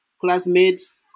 classmates